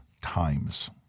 times